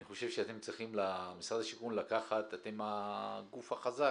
אני חושב שמשרד השיכון צריך לקחת, אתם הגוף החזק